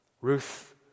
Ruth